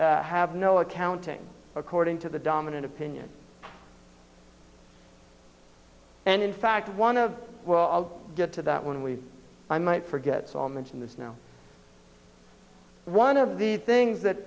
have no accounting according to the dominant opinion and in fact one of well i'll get to that when we i might forget so mention this now one of the things that